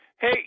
Hey